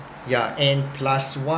yeah and plus one